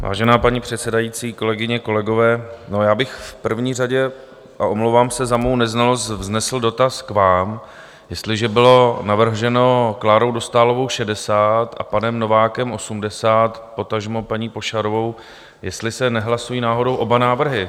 Vážená paní předsedající, kolegyně, kolegové, já bych v první řadě omlouvám se za svou neznalost vznesl dotaz k vám, jestliže bylo navrženo Klárou Dostálovou 60 a panem Novákem 80, potažmo paní Pošarovou, jestli se nehlasují náhodou oba návrhy.